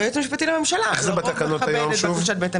ולרוב היועץ יכבד את בקשתו.